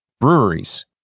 breweries